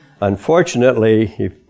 Unfortunately